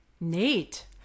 Nate